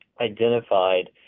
identified